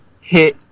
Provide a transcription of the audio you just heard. hit